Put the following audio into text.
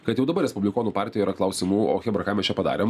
kad jau dabar respublikonų partijai yra klausimų o chebra ką mes čia padarėm